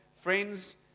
friends